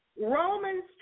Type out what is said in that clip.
Romans